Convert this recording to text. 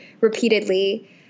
repeatedly